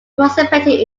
participated